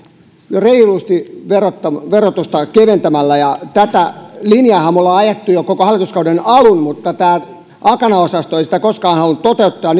reilusti verotusta verotusta keventämällä tätä linjaahan me olemme ajaneet jo koko hallituskauden alun mutta tämä akanaosasto ei sitä koskaan halunnut toteuttaa